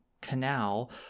canal